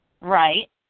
Right